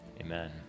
Amen